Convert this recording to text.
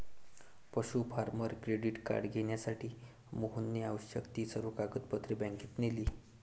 पशु farmer credit card घेण्यासाठी मोहनने आवश्यक ती सर्व कागदपत्रे बँकेत नेली